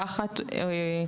רופאים.